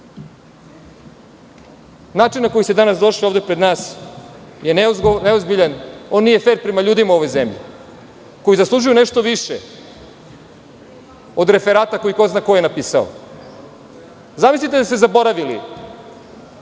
na koji ste danas došli pred nas je neozbiljan. On nije fer prema ljudima u ovoj zemlji koji zaslužuju nešto više od referata koji ko zna ko je napisao. Zamislite da ste zaboravili